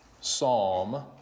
psalm